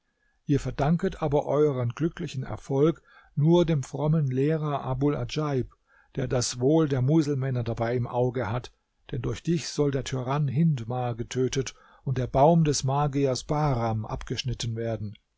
ihr verdanket aber eueren glücklichen erfolg nur dem frommen lehrer abul adjaib der das wohl der muselmänner dabei im auge hat denn durch dich soll der tyrann hindmar getötet und der baum des magiers bahram abgeschnitten werden